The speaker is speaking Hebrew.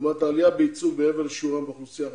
העלייה בייצוג מעבר לשיעורם באוכלוסייה,